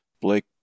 Blake